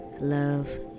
love